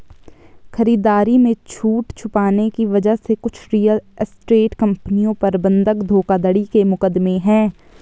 खरीदारी में छूट छुपाने की वजह से कुछ रियल एस्टेट कंपनियों पर बंधक धोखाधड़ी के मुकदमे हैं